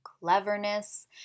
cleverness